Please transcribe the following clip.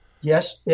Yes